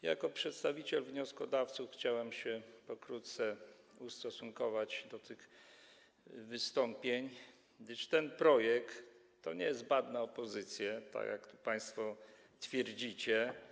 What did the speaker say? Jako przedstawiciel wnioskodawców chciałem się pokrótce ustosunkować do tych wystąpień, gdyż ten projekt to nie jest bat na opozycję, jak tu państwo twierdzicie.